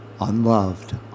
unloved